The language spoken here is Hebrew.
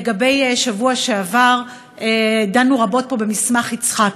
לגבי השבוע שעבר, דנו רבות פה במסמך יצחקי.